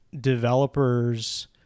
developers